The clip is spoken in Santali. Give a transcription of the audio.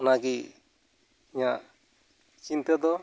ᱚᱱᱟᱜᱤ ᱤᱧᱟ ᱜ ᱪᱤᱱᱛᱟᱹ ᱫᱚ